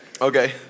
Okay